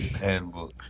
handbook